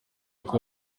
uko